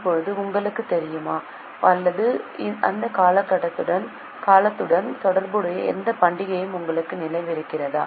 இப்போது உங்களுக்குத் தெரியுமா அல்லது அந்தக் காலத்துடன் தொடர்புடைய எந்த பண்டிகையும் உங்களுக்கு நினைவிருக்கிறதா